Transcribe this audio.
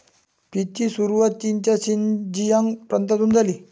पीचची सुरुवात चीनच्या शिनजियांग प्रांतातून झाली